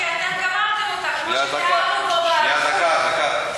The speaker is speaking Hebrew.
כי אתם גמרתם אותה, שנייה, דקה, דקה.